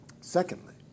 Secondly